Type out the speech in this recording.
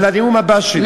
והנה חבר הכנסת שלח,